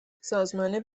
سازمان